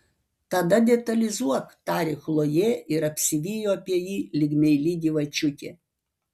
tada detalizuok tarė chlojė ir apsivijo apie jį lyg meili gyvačiukė